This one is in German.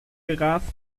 gerast